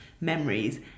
memories